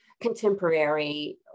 contemporary